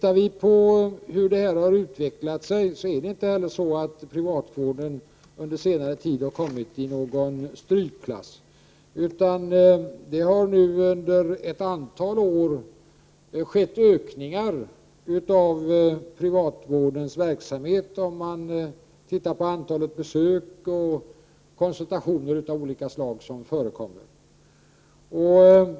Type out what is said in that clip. Ser man på utvecklingen på senare år kan man konstatera att det inte heller är så att privatvården har kommit till någon strykklass, utan det har under ett antal år skett ökningar av privatvårdens verksamhet när det gäller bl.a. antalet besök och konsultationer av olika slag.